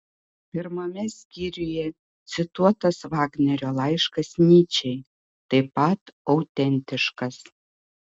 pirmame skyriuje cituotas vagnerio laiškas nyčei taip pat autentiškas